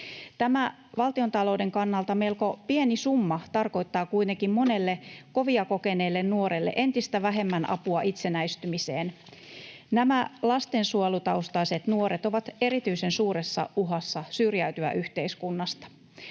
Tämä valtiontalouden kannalta melko pieni summa tarkoittaa kuitenkin monelle kovia kokeneelle nuorelle entistä vähemmän apua itsenäistymiseen. Nämä lastensuojelutaustaiset nuoret ovat erityisen suuressa uhassa syrjäytyä yhteiskunnasta.